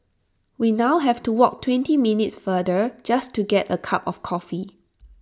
we now have to walk twenty minutes farther just to get A cup of coffee